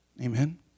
Amen